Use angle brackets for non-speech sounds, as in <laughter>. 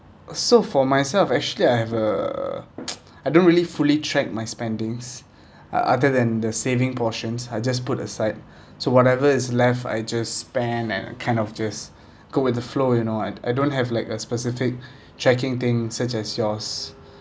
so for myself actually I have a <noise> I don't really fully checked my spendings other than the saving portions I just put aside so whatever is left I just spend and kind of just <breath> go with the flow you know I I don't have like a specific <breath> checking thing such as yours